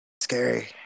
Scary